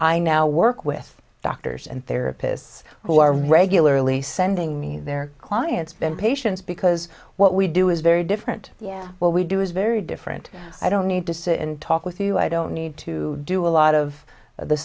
i now work with doctors and therapists who are regularly sending me their clients been patients because what we do is very different yeah what we do is very different i don't need to sit and talk with you i don't need to do a lot of the